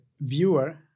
viewer